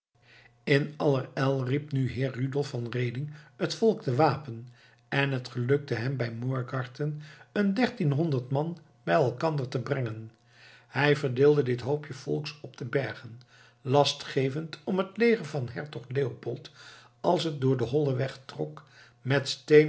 in allerijl riep nu heer rudolf van reding het volk te wapen en het gelukte hem bij morgarten een dertienhonderd man bij elkander te brengen hij verdeelde dit hoopje volks op de bergen last gevend om het leger van hertog leopold als het door de holle wegen trok met